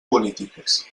polítiques